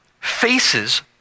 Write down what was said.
faces